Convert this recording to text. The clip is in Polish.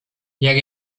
jak